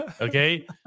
Okay